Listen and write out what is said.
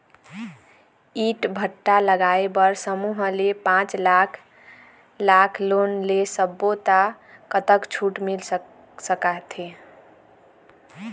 ईंट भट्ठा लगाए बर समूह ले पांच लाख लाख़ लोन ले सब्बो ता कतक छूट मिल सका थे?